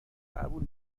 قبول